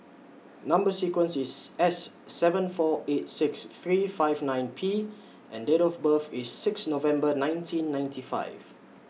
Number sequence IS S seven four eight six three five nine P and Date of birth IS six November nineteen ninety five